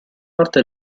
parte